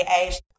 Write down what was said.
age